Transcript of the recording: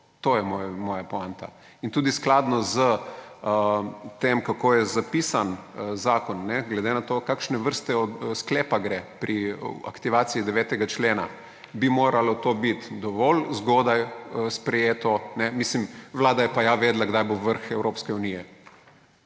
To je moja poanta in tudi skladno s tem, kako je zapisan zakon, glede na to, za kakšne vrste sklepa gre pri aktivaciji 9. člena, bi moralo to biti dovolj zgodaj sprejeto. Vlada je pa ja vedela, kdaj bo vrh Evropske unije.